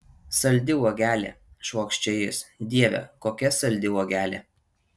saldi uogelė švokščia jis dieve kokia saldi uogelė